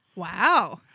Wow